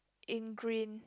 in green